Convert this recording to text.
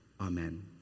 Amen